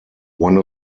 one